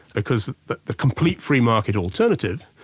because the the complete free market alternative,